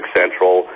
central